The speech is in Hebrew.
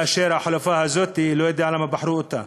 מהחלופה הזאת, אני לא יודע למה בחרו אותה.